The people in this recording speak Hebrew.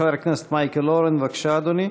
חבר הכנסת מייקל אורן, בבקשה, אדוני.